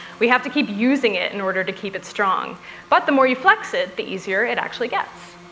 we have to keep using it in order to keep it strong. but the more you flex it, the easier it actually gets.